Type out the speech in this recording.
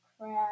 crab